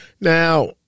Now